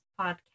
Podcast